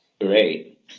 Great